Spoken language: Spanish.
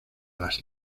las